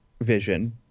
vision